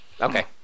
okay